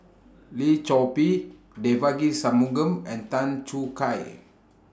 Lim Chor Pee Devagi Sanmugam and Tan Choo Kai